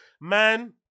man